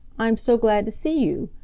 i'm so glad to see you!